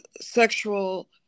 sexual